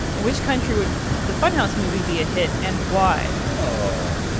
in which country would the funhaus movie be a hit and why? oh.